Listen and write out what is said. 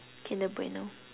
kinder-Bueno